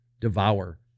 devour